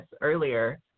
earlier